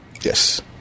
Yes